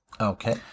Okay